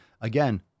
Again